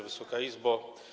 Wysoka Izbo!